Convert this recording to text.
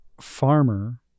farmer